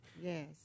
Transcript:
Yes